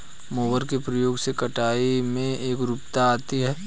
mower के प्रयोग से कटाई में एकरूपता आती है